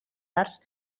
arts